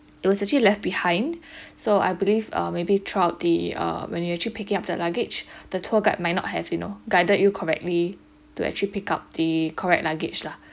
it was actually left behind so I believe uh maybe troughout the err when you actually picking up the luggage the tour guide might not have you know guided you correctly to actually pick up the correct luggage lah